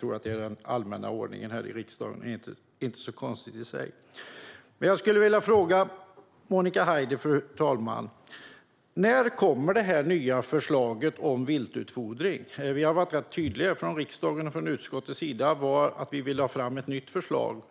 Det är den allmänna ordningen här i riksdagen, och det är inte så konstigt i sig. Fru talman! Jag skulle vilja fråga Monica Haider: När kommer det nya förslaget om viltutfodring? Vi har från riksdagens sida och från utskottets sida varit tydliga med att vi vill ha fram ett nytt förslag,